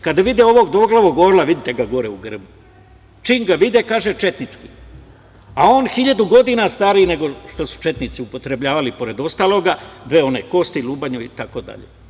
Kada vide ovog dvoglavog orla, vidite ga gore u grbu, čim ga vide, kaže – četnički, a on hiljadu godinu stariji nego što su četnici upotrebljavali, pored ostaloga, dve one kosti, lobanju itd.